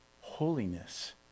Holiness